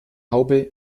haube